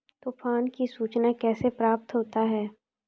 तुफान की सुचना कैसे प्राप्त होता हैं?